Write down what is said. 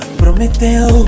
prometeu